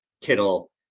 Kittle